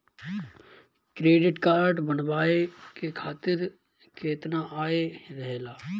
Credit card बनवाए के खातिर केतना आय रहेला?